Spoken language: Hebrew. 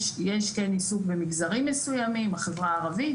יש כן עיסוק במגזרים מסוימים החברה הערבית,